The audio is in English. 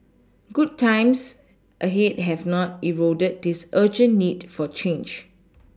good times ahead have not eroded this urgent need for change